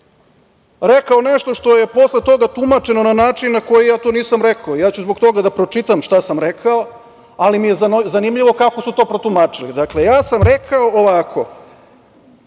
rekao nešto što je posle toga tumačeno na način na koji ja to nisam rekao. Ja ću zbog toga da pročitam šta sam rekao, ali mi je zanimljivo kako su to protumačili. Dakle, ja sam rekao ovako